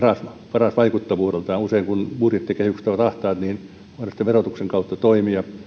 paras vaikuttavuudeltaan usein kun budjettikehykset ovat ahtaat niin mahdollista on verotuksen kautta toimia